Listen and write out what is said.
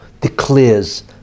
declares